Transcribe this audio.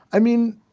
i mean,